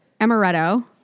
Amaretto